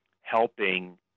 helping